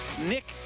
Nick